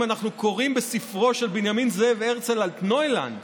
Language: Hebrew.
אם אנחנו קוראים בספרו של בנימין זאב הרצל אלטנוילנד